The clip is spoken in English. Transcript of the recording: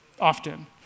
often